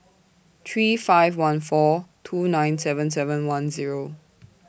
three five one four two nine seven seven one Zero